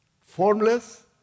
formless